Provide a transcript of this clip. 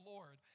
Lord